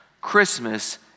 Christmas